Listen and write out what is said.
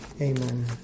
Amen